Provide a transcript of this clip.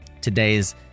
today's